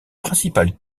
principales